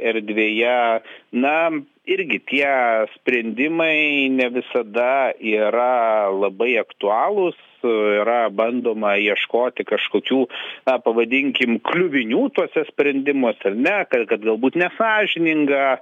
erdvėje na irgi tie sprendimai ne visada yra labai aktualūs yra bandoma ieškoti kažkokių a pavadinkim kliuvinių tuose sprendimuose ar ne kad galbūt nesąžininga